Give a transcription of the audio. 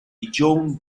youth